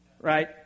Right